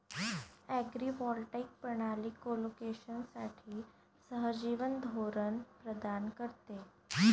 agrivoltaic प्रणाली कोलोकेशनसाठी सहजीवन धोरण प्रदान करते